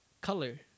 color